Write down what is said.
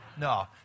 No